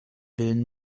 villen